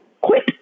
quit